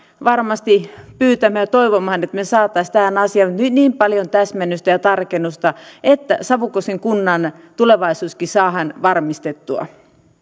varmasti pyytämään ja toivomaan että me saisimme tähän asiaan niin paljon täsmennystä ja tarkennusta että savukosken kunnan tulevaisuuskin saadaan varmistettua